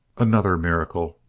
another miracle!